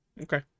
Okay